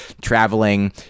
Traveling